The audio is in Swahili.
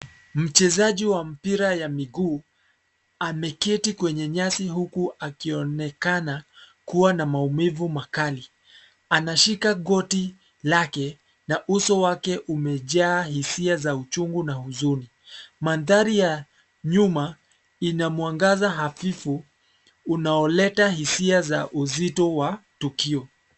Mchezaji wa mpira ya miguu ameketi kwenye nyasi huku akionekana kuwa na maumivu makali. Anashika goti lake na uso wake umejaa hisia za uchungu na huzuni. Mandhari ya nyuma ina mwangaza hafifu unaoleta hisia za uzito wa tukio.